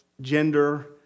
gender